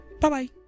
bye-bye